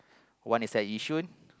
one is at Yishun